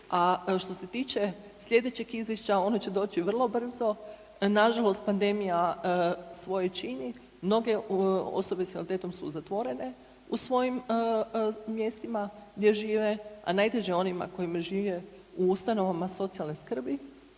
što se tiče slijedećeg izvješća ono će doći vrlo brzo. Nažalost pandemija svoje čini, mnoge osobe s invaliditetom su zatvorene u svojim mjestima gdje žive, a najteže je onima koji žive u ustanovama socijalne skrbi